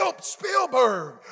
Spielberg